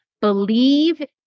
believe